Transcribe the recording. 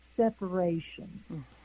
Separation